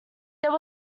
there